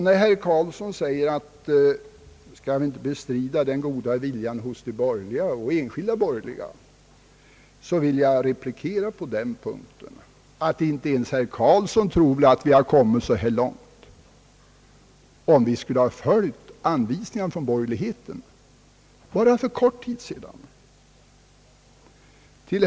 När herr Eric Carlsson säger att man inte skall bestrida den goda viljan hos de borgerliga partierna och de enskilda borgerliga, vill jag replikera på den punkten, att inte ens herr Eric Carlsson tror väl att vi skulle ha kommit så här långt, om vi skulle ha följt anvisningarna från borgerligheten bara för kort tid sedan.